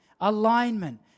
alignment